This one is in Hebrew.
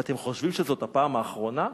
ואתם חושבים שזאת הפעם האחרונה?